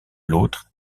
l’autre